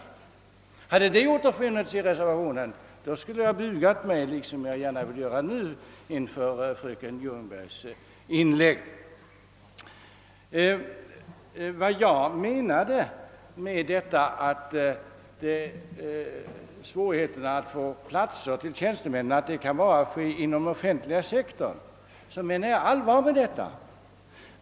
Hade som sagt detta återfunnits i reservationen skulle jag ha bugat mig — som jag också gärna vill göra nu — för fröken Ljungbergs inlägg. När jag om svårigheterna att bereda anställning åt tjänstemännen sade, att detta endast kan äga rum inom den offentliga sektorn, menade jag allvar.